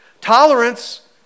Tolerance